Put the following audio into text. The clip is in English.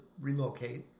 relocate